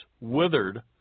withered